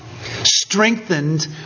Strengthened